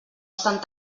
estan